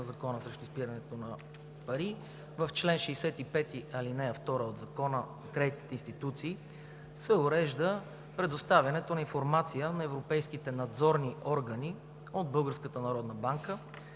Закона срещу изпирането на пари – в чл. 65, ал. 2 от Закона за кредитните институции, се урежда предоставянето на информация на европейските надзорни органи от